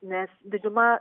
nes diduma